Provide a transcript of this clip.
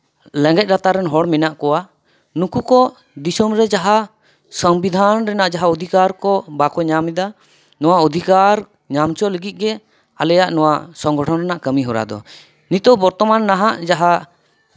ᱨᱮᱸᱜᱮᱡ ᱜᱟᱛᱟᱠ ᱨᱮᱱ ᱦᱚᱲ ᱢᱮᱱᱟᱜ ᱠᱚᱣᱟ ᱱᱩᱠᱩ ᱠᱚ ᱫᱤᱥᱚᱢ ᱨᱮ ᱡᱟᱦᱟᱸ ᱥᱚᱝᱵᱤᱫᱷᱟᱱ ᱨᱮᱱᱟᱜ ᱡᱟᱦᱟᱸ ᱚᱫᱷᱤᱠᱟᱨ ᱠᱚ ᱵᱟᱠᱚ ᱧᱟᱢ ᱮᱫᱟ ᱱᱚᱣᱟ ᱚᱫᱷᱤᱠᱟᱨ ᱧᱟᱢ ᱦᱚᱪᱚ ᱞᱟᱹᱜᱤᱫ ᱜᱮ ᱟᱞᱮᱭᱟᱜ ᱱᱚᱣᱟ ᱥᱚᱝᱜᱚᱴᱷᱚᱱ ᱨᱮᱱᱟᱜ ᱠᱟᱹᱢᱤ ᱦᱚᱨᱟ ᱫᱚ ᱱᱤᱛᱚᱜ ᱵᱚᱨᱛᱚᱢᱟᱱ ᱱᱟᱦᱟᱜ ᱡᱟᱦᱟᱸ